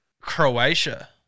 Croatia